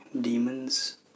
demons